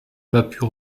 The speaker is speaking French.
pape